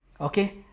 okay